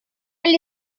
gli